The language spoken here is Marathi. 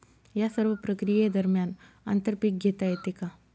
या सर्व प्रक्रिये दरम्यान आंतर पीक घेता येते का?